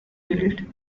built